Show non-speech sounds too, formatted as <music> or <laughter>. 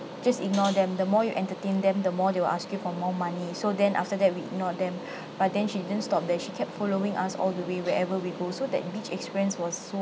just ignore them the more you entertain them the more they will ask you for more money so then after that we ignored them <breath> but then she didn't stop there she kept following us all the way wherever we go so that beach experience was so